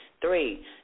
Three